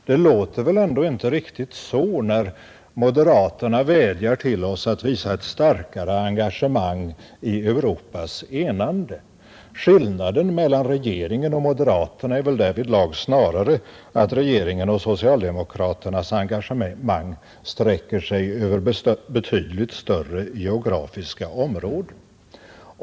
Det låter väl ändå inte riktigt så när moderaterna vädjar till oss att visa ett starkare engagemang i Europas enande. Skillnaden mellan moderaterna och regeringen är väl därvidlag snarare att regeringens och socialdemokraternas engagemang sträcker sig över betydligt större geografiska områden.